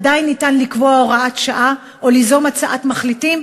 עדיין אפשר לקבוע הוראת שעה או ליזום הצעת מחליטים